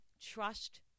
Trust